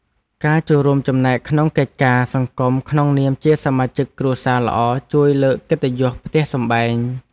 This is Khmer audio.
ការចូលរួមចំណែកក្នុងកិច្ចការសង្គមក្នុងនាមជាសមាជិកគ្រួសារល្អជួយលើកកិត្តិយសផ្ទះសម្បែង។